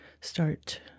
start